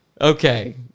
Okay